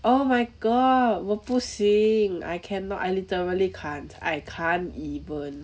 oh my god 我不行 I cannot I literally can't I can't even